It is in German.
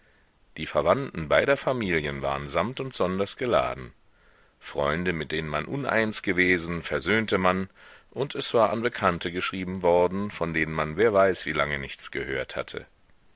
die verwandten beider familien waren samt und sonders geladen freunde mit denen man uneins gewesen versöhnte man und es war an bekannte geschrieben worden von denen man wer weiß wie lange nichts gehört hatte